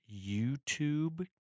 YouTube